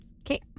Okay